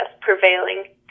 prevailing